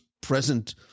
present